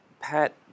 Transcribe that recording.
Pat